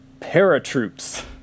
Paratroops